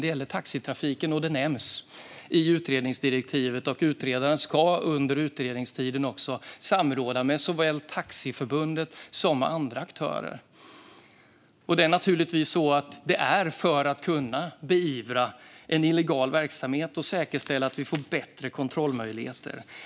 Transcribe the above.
Det gäller taxitrafiken, och det nämns i utredningsdirektivet. Utredaren ska under utredningstiden också samråda med såväl Taxiförbundet som andra aktörer. Detta görs naturligtvis för att man ska kunna beivra illegal verksamhet och säkerställa bättre kontrollmöjligheter.